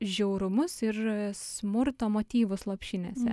žiaurumus ir smurto motyvus lopšinėse